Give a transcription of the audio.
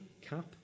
CAP